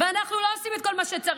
ואנחנו לא עושים את כל מה שצריך.